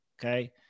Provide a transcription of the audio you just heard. okay